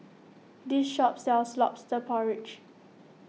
this shop sells Lobster Porridge